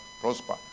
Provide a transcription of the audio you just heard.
prosper